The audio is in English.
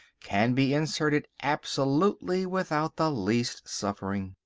can be inserted absolutely without the least suffering.